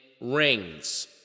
rings